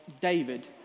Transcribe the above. David